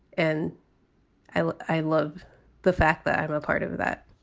and i love the fact that i'm a part of that